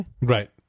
Right